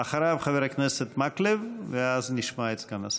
אחריו, חבר הכנסת מקלב, ואז נשמע את סגן השר.